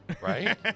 Right